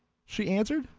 she answered.